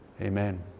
Amen